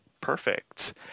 Perfect